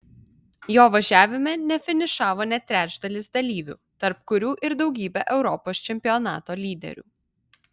jo važiavime nefinišavo net trečdalis dalyvių tarp kurių ir daugybė europos čempionato lyderių